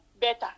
better